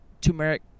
turmeric